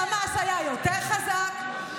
חמאס היה יותר חזק,